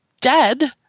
dead